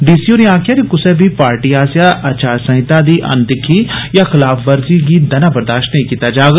DC होरें आकखेआ जे कुसै बी पार्टी आस्सेआ अचार संहिता दी अनदिक्खी जां खलाफवर्जी गी दना बरदाष्त नेईं कीता जाग